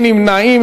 נמנעים,